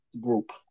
Group